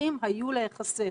וצריכים היו להיחסך,